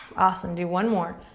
awesome, do one more,